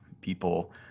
people